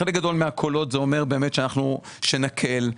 חלק מהקולות אומרים לנו שנקל,